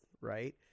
right